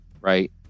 right